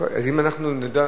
אז אם אנחנו נדע,